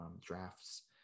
drafts